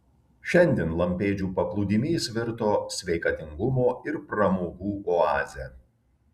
šiandien lampėdžių paplūdimys virto sveikatingumo ir pramogų oaze